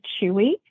Chewy